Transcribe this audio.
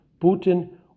Putin